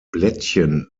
blättchen